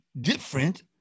different